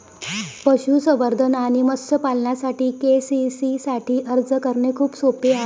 पशुसंवर्धन आणि मत्स्य पालनासाठी के.सी.सी साठी अर्ज करणे खूप सोपे आहे